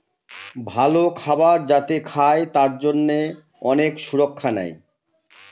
ভালো খাবার যাতে খায় তার জন্যে অনেক সুরক্ষা নেয়